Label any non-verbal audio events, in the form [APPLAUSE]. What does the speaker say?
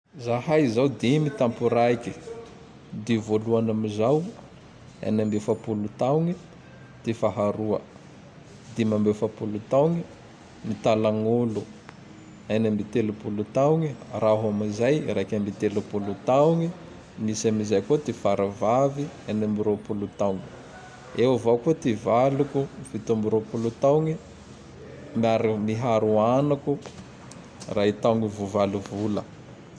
[NOISE] Zahay zao dimy [NOISE] tamporaiky: [NOISE] Dy ôloany amizao eny amb efapolo taogne, [NOISE] ty faharoa dimy amb efapolo taogne, ny talagnolo [NOISE] eny ambe telopolo taogne, raho amizay raiky amb telopolo [NOISE] taogne, misy amizay koa ty faravavy eny ambe roapolo taogne. [NOISE] Eo avao koa ty valiko fito am roapolo taogne [NOISE] miari miharo [NOISE] anako ray taogne vo valo vola. [NOISE]